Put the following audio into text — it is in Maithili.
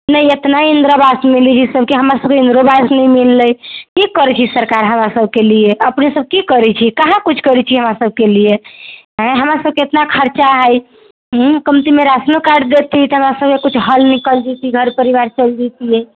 नहि इतना इंदिरा आवास मिलै छै सब के हमरा सब के इंदिरा आवास नहि मिललै की करै छै सरकार हमरा सब के लिए अपने सब कहाॅं किछु करै छियै सरकार हमरा सब के लिए कहाँ कुछ करै छी हमरा सब के लिए ऐं हमरा सब के एतना खर्चा अइ कमतीमे राशनो कार्ड दैतियै तऽ हमरा सब के कुछ हल निकलि जैतियै घर परिवार चलि जैतियै